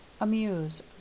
Amuse